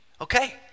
okay